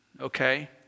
Okay